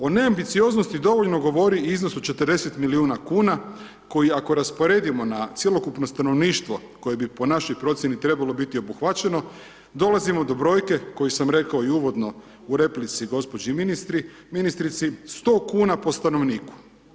O ne ambicioznosti dovoljno govori i iznos od 40 milijuna kuna koji ako rasporedimo na cjelokupno stanovništvo koje bi po našoj procjeni trebalo biti obuhvaćeno dolazimo do brojke koju sam rekao i uvodno u replici gospođi ministrici 100 kuna po stanovniku.